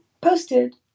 Posted